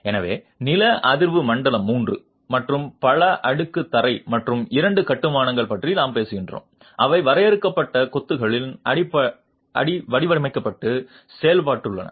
எனவே நில அதிர்வு மண்டலம் III மற்றும் பல அடுக்கு தரை மற்றும் இரண்டு கட்டுமானங்களைப் பற்றி நாம் பேசுகிறோம் அவை வரையறுக்கப்பட்ட கொத்துக்களில் வடிவமைக்கப்பட்டு செயல்படுத்தப்பட்டுள்ளன